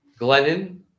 Glennon